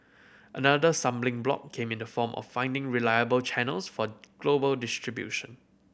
another stumbling block came in the form of finding reliable channels for global distribution